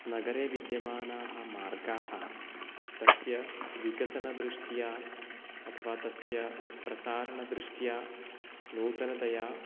नगरे विद्यमानाः मार्गाः तस्य विकसनदृष्ट्या अथवा तस्य प्रसारणदृष्ट्या नूतनतया